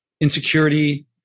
insecurity